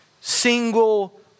single